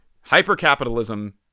hyper-capitalism